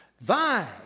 Thy